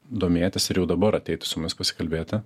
domėtis ir jau dabar ateit su mumis pasikalbėti